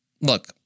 look